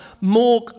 more